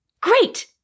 Great